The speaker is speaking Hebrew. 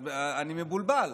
אז אני מבולבל,